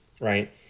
right